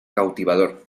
cautivador